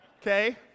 Okay